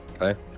Okay